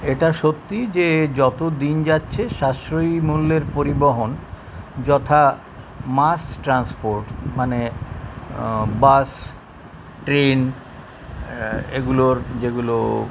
এটা সত্যি যে যতো দিন যাচ্ছে সাশ্রয়ী মূল্যের পরিবহন যথা মাস ট্রান্সপোর্ট মানে বাস ট্রেন এগুলোর যেগুলো